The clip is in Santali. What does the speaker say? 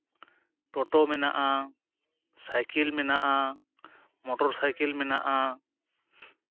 ᱴᱚᱴᱳ ᱢᱮᱱᱟᱜᱼᱟ ᱥᱟᱭᱠᱮᱞ ᱢᱮᱱᱟᱜᱼᱟ ᱢᱳᱴᱚᱨ ᱥᱟᱭᱠᱮᱞ ᱢᱮᱱᱟᱜᱼᱟ